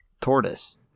tortoise